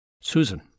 Susan